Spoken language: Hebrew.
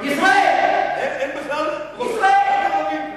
אין בכלל רופאים יהודים?